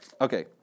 Okay